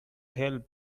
help